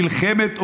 מלחמת עולם,